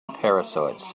parasites